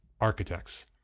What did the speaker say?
architects